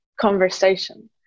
conversation